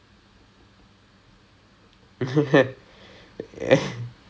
I mean you seem how our wings work